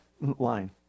line